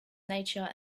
nature